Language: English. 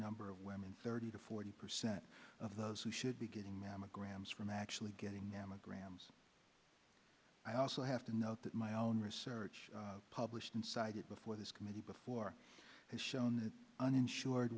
number of women thirty to forty percent of those who should be getting mammograms from actually getting mammograms i also have to note that my own research published inside it before this committee before has shown that uninsured